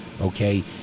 okay